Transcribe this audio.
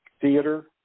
theater